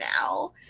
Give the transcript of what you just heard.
now